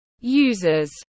users